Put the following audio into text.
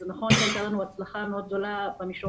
זה נכון שהייתה לנו הצלחה מאוד גדולה במיגור